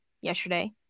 yesterday